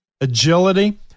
agility